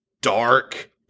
dark